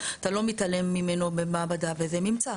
אתה לא מתעלם ממנו במעבדה וזה ממצא.